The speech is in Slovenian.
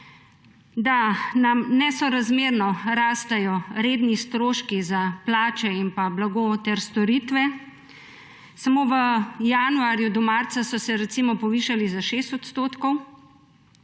da nam nesorazmerno rastejo redni stroški za plače in pa blago ter storitve, samo od januarju do marca so se recimo povišali za 6 odstotkov,